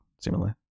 seemingly